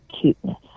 cuteness